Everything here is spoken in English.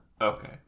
Okay